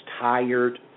tired